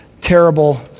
terrible